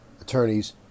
attorneys